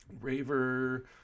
raver